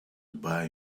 buy